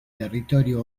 territorio